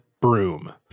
broom